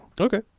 Okay